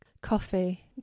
coffee